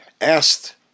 asked